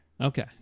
okay